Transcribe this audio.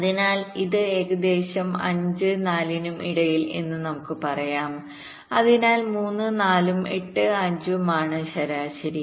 അതിനാൽ ഇത് ഏകദേശം 5 4 നും ഇടയിൽ എന്ന് നമുക്ക് പറയാം അതിനാൽ 3 4 ഉം 8 5 ഉം ആണ് ശരാശരി